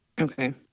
Okay